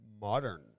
modern